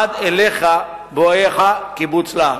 עד אליך, בואך קיבוץ להב.